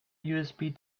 usb